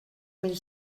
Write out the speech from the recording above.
mil